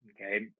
Okay